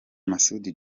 masud